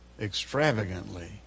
extravagantly